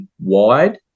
wide